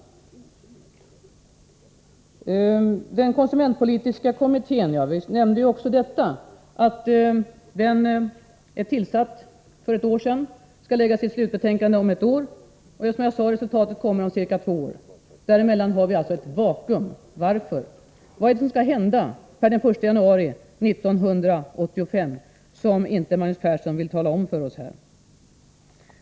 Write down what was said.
Jag nämnde också den konsumentpolitiska kommittén och sade att den är tillsatt för ett år sedan och skall lägga fram sitt slutbetänkande om ett år. Som jag sade kommer resultatet om ca två år. Där emellan har vi alltså ett vakuum. Varför? Vad är det som skall hända per den 1 januari 1985 som Magnus Persson inte vill tala om för oss?